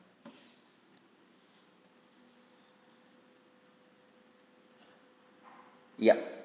yup